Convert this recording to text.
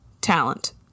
talent